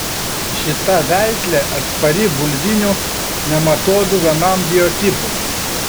šita veislė atspari bulvinių nematodų vienam biotipui